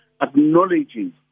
acknowledging